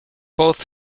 both